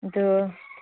ꯑꯗꯨ